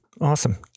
Awesome